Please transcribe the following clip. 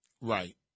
Right